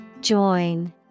Join